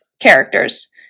characters